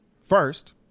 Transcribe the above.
first